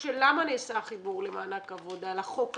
של למה נעשה החיבור למענק העבודה לחוק הזה?